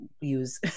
use